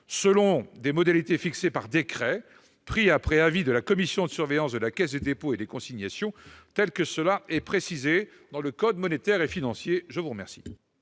selon des modalités fixées par décret pris après avis de la commission de surveillance de la Caisse des dépôts et consignations, tel que cela est précisé dans le code monétaire et financier. L'amendement